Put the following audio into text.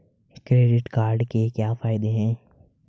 Credit card के क्या फायदे हैं?